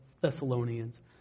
Thessalonians